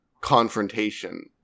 confrontation